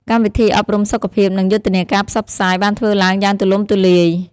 កម្មវិធីអប់រំសុខភាព និងយុទ្ធនាការផ្សព្វផ្សាយបានធ្វើឡើងយ៉ាងទូលំទូលាយ។